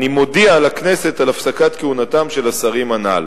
אני מודיע לכנסת על הפסקת כהונתם של השרים הנ"ל.